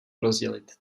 rozdělit